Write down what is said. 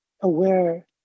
aware